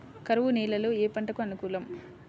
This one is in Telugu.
కరువు నేలలో ఏ పంటకు అనుకూలం?